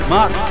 Mark